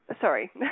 Sorry